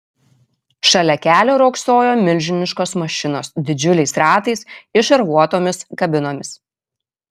šalia kelio riogsojo milžiniškos mašinos didžiuliais ratais ir šarvuotomis kabinomis